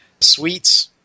suites